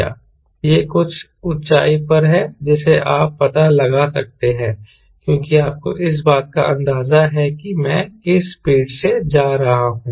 यह कुछ ऊंचाई पर है जिसे आप पता लगा सकते हैं क्योंकि आपको इस बात का अंदाजा है कि मैं किस स्पीड से जा रहा हूं